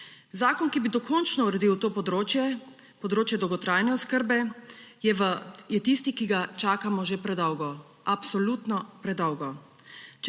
Zakon, ki bi dokončno uredil to področje, področje dolgotrajne oskrbe, je tisti, ki ga čakamo že predlogo. Absolutno predolgo.